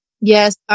Yes